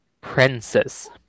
Princess